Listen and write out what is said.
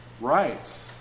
rights